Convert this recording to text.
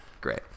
Great